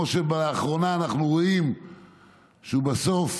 כמו שבאחרונה אנחנו רואים שהוא בסוף